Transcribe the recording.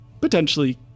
potentially